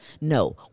No